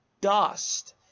dust